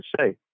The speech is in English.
say